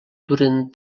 duren